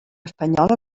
espanyola